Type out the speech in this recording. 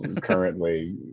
currently